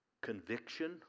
conviction